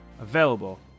available